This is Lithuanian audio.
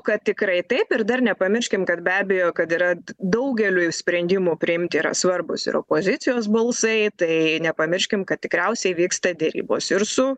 kad tikrai taip ir dar nepamirškim kad be abejo kad yra daugeliui sprendimų priimti yra svarbūs ir opozicijos balsai tai nepamirškim kad tikriausiai vyksta derybos ir su